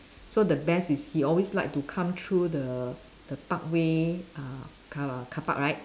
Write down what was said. so the best he always like to come through the the parkway uh car car park right